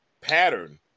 pattern